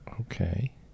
Okay